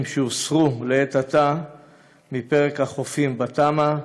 שהוסרו לעת עתה מפרק החופים בתמ"א.